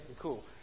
cool